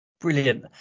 brilliant